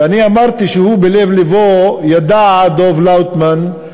ואני אמרתי שהוא בלב-לבו ידע, דב לאוטמן,